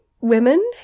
women